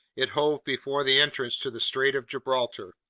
it hove before the entrance to the strait of gibraltar.